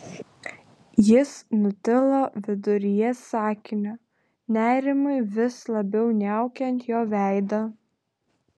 jis nutilo viduryje sakinio nerimui vis labiau niaukiant jo veidą